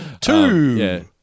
two